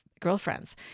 girlfriends